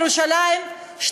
בירושלים,